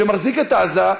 שמחזיק את עזה,